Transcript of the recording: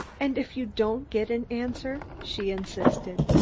and if you don't get an answer? she insisted.